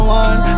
one